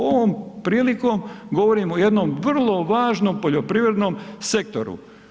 Ovom prilikom govorim o jednom vrlo važnom poljoprivrednom sektoru.